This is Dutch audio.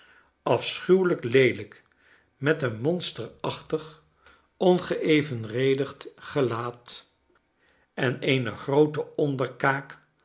afschuwelijk leelijk met een monsterachtig ongeevenredigd gelaat en eene groote onderkaak